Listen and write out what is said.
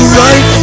right